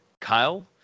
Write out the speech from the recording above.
Kyle